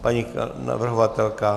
Paní navrhovatelka?